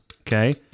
okay